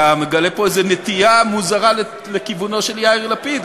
אתה מגלה פה איזה נטייה מוזרה לכיוונו של יאיר לפיד,